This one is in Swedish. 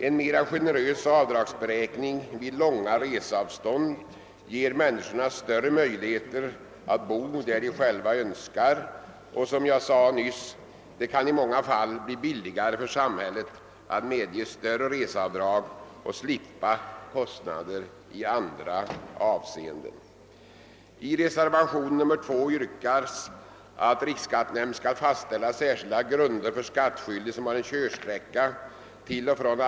En mera generös avdragsberäkning vid långa reseavstånd ger människorna större möjligheter att bo där de själva önskar, och som jag sade nyss kan det i många fall bli billigare för samhället att medge större reseavdrag och slippa kostnader i andra avseenden. Herr talman!